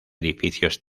edificios